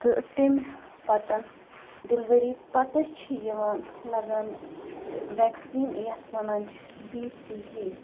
تہٕ تَمہِ پَتہٕ ڈِلؤری پَتَے چھِ یِوان لَگاونہٕ وٮ۪کسیٖن یَتھ وَنان چھِ بی سی جی